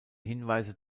hinweise